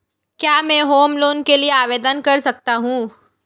क्या मैं home loan के लिए आवेदन कर सकता हूं?